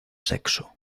sexo